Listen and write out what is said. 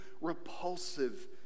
repulsive